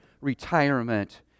retirement